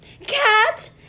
Cat